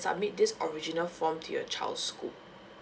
submit this original form to your child's school